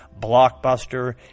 blockbuster